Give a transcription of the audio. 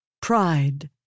Pride